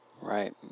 Right